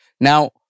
Now